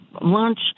lunch